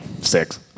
six